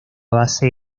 base